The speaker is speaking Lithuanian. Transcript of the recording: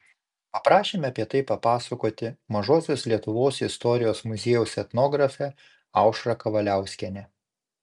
paprašėme apie tai papasakoti mažosios lietuvos istorijos muziejaus etnografę aušrą kavaliauskienę